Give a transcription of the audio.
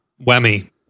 whammy